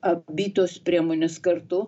abi tos priemonės kartu